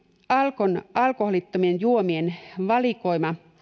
alkon alkoholittomien juomien valikoima